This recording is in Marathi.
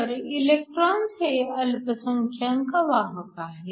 तर इलेकट्रॉन्स हे अल्पसंख्यांक वाहक आहेत